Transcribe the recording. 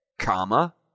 comma